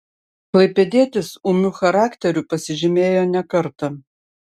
klaipėdietis ūmiu charakteriu pasižymėjo ne kartą